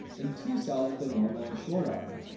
and two cells with the normal and short arm,